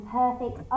perfect